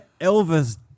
Elvis